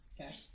Okay